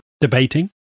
debating